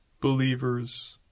believers